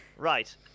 Right